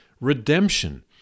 Redemption